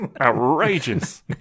outrageous